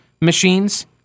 machines